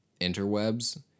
interwebs